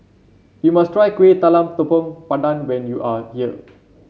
you must try Kueh Talam Tepong Pandan when you are here